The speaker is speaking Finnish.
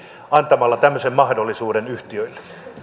antamalla tämmöisen mahdollisuuden yhtiöille